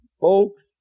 folks